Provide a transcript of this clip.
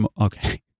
okay